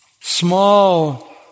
small